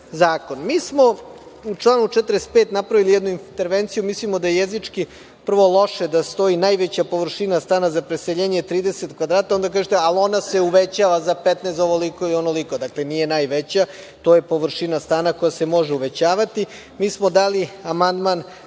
smo u članu 45. napravili jednu intervenciju, mislimo da je jezički prvo loše da stoji: „Najveća površina stana za preseljenje je 30 kvadrata“, a onda kažete: „ali ona se uvećava za 15…“ ovoliko i onoliko, dakle, nije najveća, to je površina stana koja se može uvećavati. Mi smo dali amandman